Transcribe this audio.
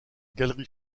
galerie